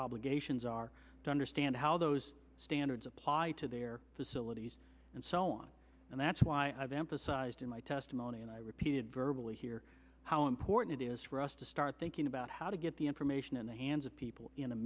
obligations are to understand how those standards apply to their facilities and so on and that's why i've emphasized in my testimony and i repeated verbally here how important it is for us to start thinking about how to get the information in the hands of people in a